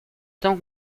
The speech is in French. temps